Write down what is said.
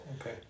okay